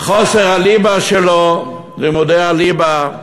חוסר הליבה שלו, לימודי הליבה,